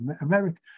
America